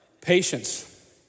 Patience